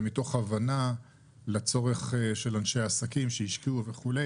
ומתוך הבנה לצורך של אנשי עסקים שהשקיעו וכו'